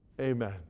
Amen